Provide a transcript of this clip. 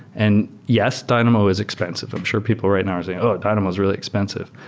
and yes, dynamo is expensive. i'm sure people right now are saying, oh, dynamo is really expensive.